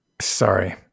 Sorry